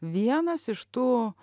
vienas iš tų